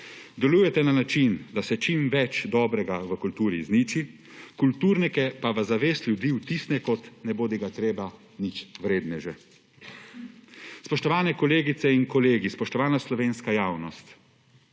delujete na način, da se čim več dobrega v kulturo izniči, kulturnike pa v zavest ljudi vtisne kot nebodigatreba ničvredneže. Spoštovani kolegice in kolegi, spoštovana slovenska javnost!